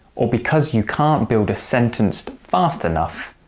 or because you can't build a sentence fast enough,